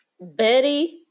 Betty